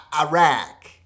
Iraq